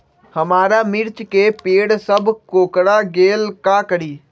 हमारा मिर्ची के पेड़ सब कोकरा गेल का करी?